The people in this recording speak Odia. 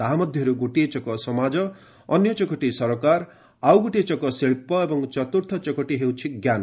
ତାହା ମଧ୍ୟରୁ ଗୋଟିଏ ଚକ ସମାଜ ଅନ୍ୟ ଚକଟି ସରକାର ଆଉ ଗୋଟିଏ ଚକ ଶିଳ୍ପ ଏବଂ ଚତୁର୍ଥ ଚକଟି ହେଉଛି ଜ୍ଞାନ